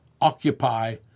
Occupy